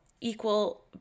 equal